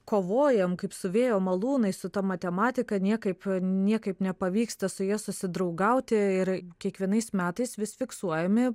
kovojam kaip su vėjo malūnai su ta matematika niekaip niekaip nepavyksta su ja susidraugauti ir kiekvienais metais vis fiksuojami